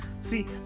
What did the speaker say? See